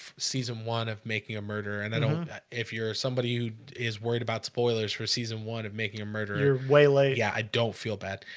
season one of making a murder and i don't if you're somebody is worried about spoilers for season one of making a murder your way late? yeah, i don't feel bad